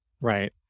Right